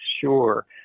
sure